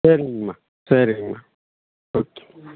சரிங்கம்மா சரிங்கம்மா ஓகேங்கம்மா